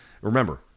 Remember